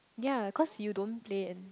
ya cause you don't play and